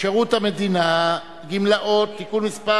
שירות המדינה (גמלאות) (תיקון מס'